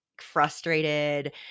frustrated